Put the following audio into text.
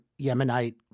Yemenite